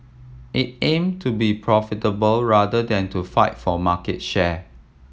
it aim to be profitable rather than to fight for market share